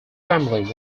family